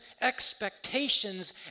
expectations